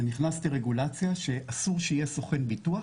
אני הכנסתי רגולציה שאסור שיהיה סוכן ביטוח